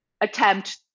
attempt